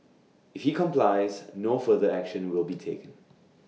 if he complies no further action will be taken